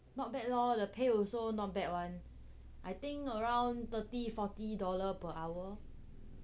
not bad lor the pay also not bad one I think around thirty forty dollar per hour